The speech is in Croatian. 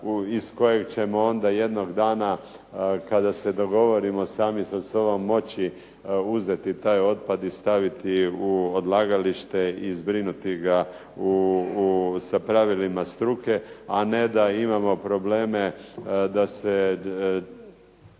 iz kojeg ćemo onda jednog dana kada se dogovorimo sami sa sobom moći uzeti taj otpad i staviti u odlagalište i zbrinuti ga sa pravilima struke, a ne da imamo probleme da se